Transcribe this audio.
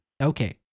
Okay